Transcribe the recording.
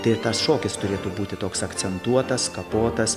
tai ir tas šokis turėtų būti toks akcentuotas kapotas